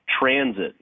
transit